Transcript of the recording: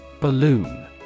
Balloon